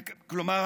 כלומר,